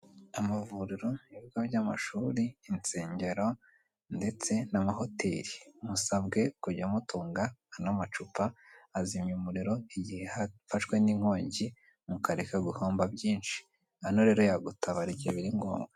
Amavuriro, ibigo by'amashuri, insengero ndetse n'amahoteri musabwe kujya mutunga ano macupa azimya umuriro, igihe hafashwe n'inkongi mukareka guhomba byinshi. Ano rero yagutabara igihe biri ngombwa.